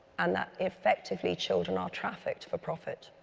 and that effectively children are trafficked for profit,